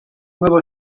nuevo